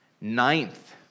Ninth